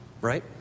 Right